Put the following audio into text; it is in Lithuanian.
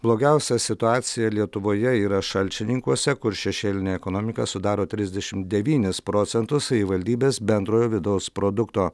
blogiausia situacija lietuvoje yra šalčininkuose kur šešėlinė ekonomika sudaro trisdešimt devynis procentus savivaldybės bendrojo vidaus produkto